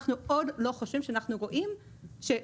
אנחנו עוד לא חושבים שאנחנו רואים שהגיע